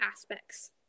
aspects